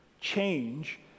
change